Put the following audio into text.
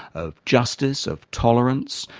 of justice, of tolerance.